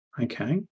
Okay